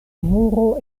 muro